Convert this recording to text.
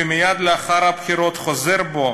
ומייד לאחר הבחירות חוזר בו